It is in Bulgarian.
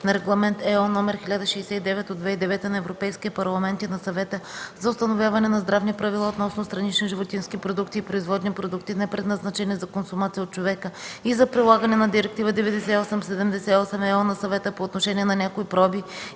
на Регламент (ЕО) № 1069/2009 на Европейския парламент и на Съвета за установяване на здравни правила относно странични животински продукти и производни продукти, непредназначени за консумация от човека, и за прилагане на Директива 97/78/ЕО на Съвета по отношение на някои проби